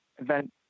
event